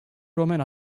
romen